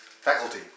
faculty